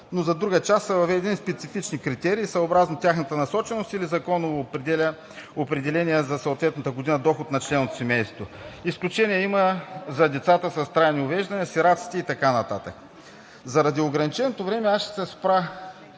но за друга част са въведени специфични критерии, съобразно тяхната насоченост или законово определения за съответната година доход на член от семейството. Изключения има за децата с трайни увреждания, сираците и така нататък. Заради ограниченото време аз ще се спра